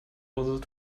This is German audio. dose